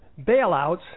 bailouts